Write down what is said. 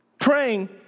Praying